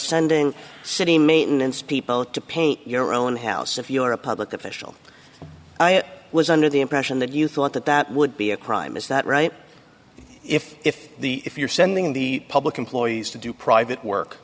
sending city maintenance people to paint your own house if you're a public official i was under the impression that you thought that that would be a crime is that right if if the if you're sending the public employees to do private work